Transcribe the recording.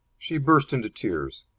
she burst into tears.